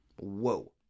Whoa